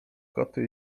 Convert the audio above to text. koty